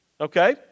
okay